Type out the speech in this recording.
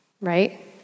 right